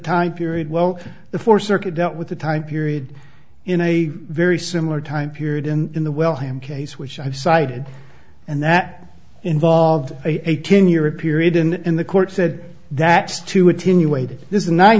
ime period well the four circuit dealt with the time period in a very similar time period in the well him case which i've cited and that involved a ten year period and in the court said that